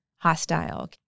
hostile